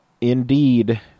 Indeed